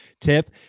tip